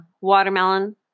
watermelon